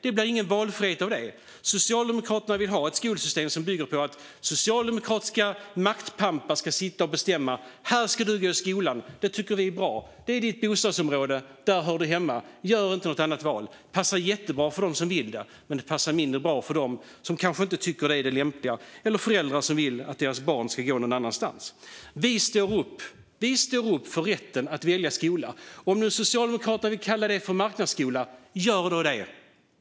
Det blir ingen valfrihet av det. Socialdemokraterna vill ha ett skolsystem som bygger på att socialdemokratiska maktpampar ska sitta och bestämma. "Här ska du gå i skolan! Det tycker vi är bra. Det är ditt bostadsområde; där hör du hemma. Gör inte något annat val!" Det passar jättebra för dem som vill det, men det passar mindre bra för dem som kanske inte tycker att det är det lämpliga eller föräldrar som vill att deras barn ska gå någon annanstans. Vi står upp för rätten att välja skola. Om Socialdemokraterna vill kalla det för marknadsskola, gör då det!